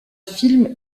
film